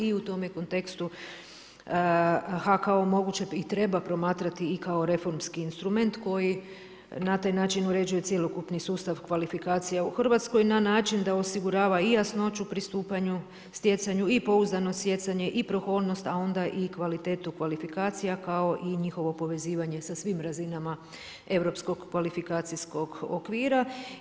I u tome kontekstu HKO moguće i treba promatrati i kao reformski instrument koji na taj način uređuje cjelokupni sustav kvalifikacija u Hrvatskoj na način da osigurava i jasnoću pristupanju, stjecanju, i pouzdano stjecanje i prohodnost, a onda i kvalitetu kvalifikacija kao i njihovo povezivanje sa svim razinama europskog kvalifikacijskog okvira.